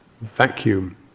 vacuum